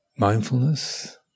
mindfulness